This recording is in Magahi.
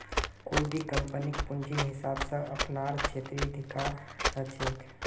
कोई भी कम्पनीक पूंजीर हिसाब स अपनार क्षेत्राधिकार ह छेक